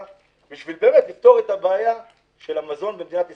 בשביל לפתור את הבעיה של המזון במדינת ישראל?